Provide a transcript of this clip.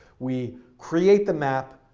we create the map.